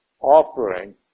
offering